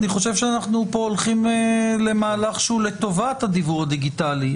אני חושב שאנחנו הולכים למהלך שהוא לטובת הדיוור הדיגיטלי.